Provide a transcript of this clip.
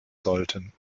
sollten